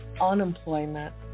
unemployment